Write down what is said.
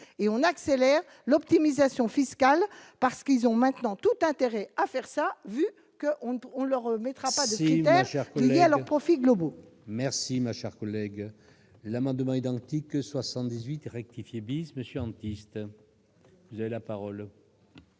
et on accélère l'optimisation fiscale parce qu'ils ont maintenant tout intérêt à faire ça, vu que on ne on leur remettra pas, c'est une injure à leur profit globaux. Merci, ma chère collègue l'amendement identique 78 rectifier Biesme scientiste, vous avez la parole.